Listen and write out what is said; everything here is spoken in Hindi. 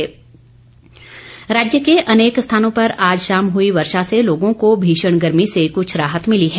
मौसम राज्य के अनेक स्थानों पर आज शाम हुई वर्षा से लोगों को भीषण गर्मी से कुछ राहत मिली है